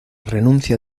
renuncia